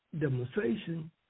demonstration